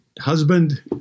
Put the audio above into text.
husband